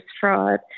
fraud